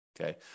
okay